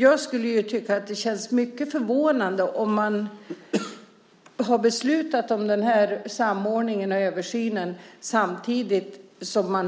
Jag tycker att det skulle kännas mycket förvånande om man har beslutat om den här samordningen och översynen och samtidigt